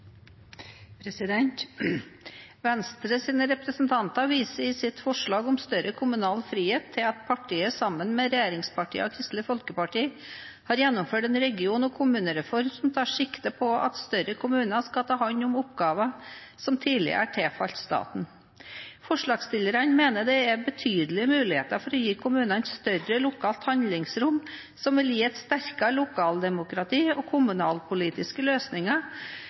representanter viser i sitt forslag om større kommunal frihet til at partiet sammen med regjeringspartiene og Kristelig Folkeparti har gjennomført en region- og kommunereform som tar sikte på at større kommuner skal ta hånd om oppgaver som tidligere tilfalt staten. Forslagsstillerne mener det er betydelige muligheter for å gi kommunene større lokalt handlingsrom, som vil gi et sterkere lokaldemokrati og kommunalpolitiske løsninger